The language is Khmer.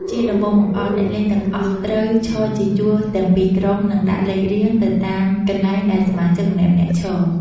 ជាដំបូងបង្អស់ អ្នកលេងទាំងអស់ត្រូវ ឈរជាជួរទាំងពីរក្រុម និងដាក់លេខរៀងទៅតាមកន្លែងដែលសមាជិកម្នាក់ៗឈរ។